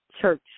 church